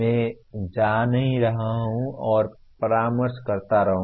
मैं जा नहीं रहा हूं और परामर्श करता रहूंगा